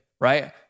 right